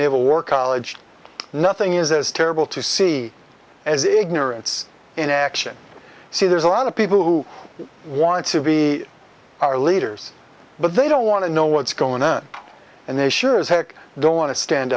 naval war college nothing is as terrible to see as ignorance in action see there's a lot of people who want to be our leaders but they don't want to know what's going on and they sure as heck don't want to stand